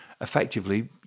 effectively